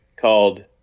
called